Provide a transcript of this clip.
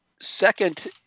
second